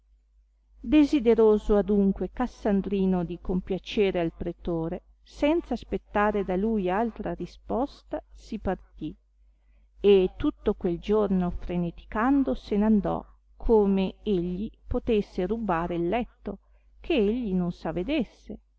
desideroso adunque cassandrino di compiacere al pretore senza aspettare da lui altra risposta si partì e tutto quel giorno freneticando se n andò come egli potesse rubbare il letto che egli non s'avedesse